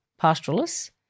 pastoralists